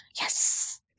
Yes